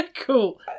cool